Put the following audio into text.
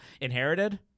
Inherited